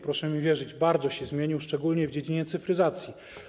Proszę mi wierzyć, że bardzo się zmienił, szczególnie w dziedzinie cyfryzacji.